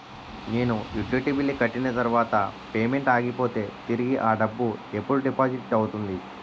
నేను utility bill కట్టిన తర్వాత పేమెంట్ ఆగిపోతే తిరిగి అ డబ్బు ఎప్పుడు డిపాజిట్ అవుతుంది?